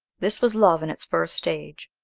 this was love in its first stage.